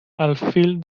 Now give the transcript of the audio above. alfil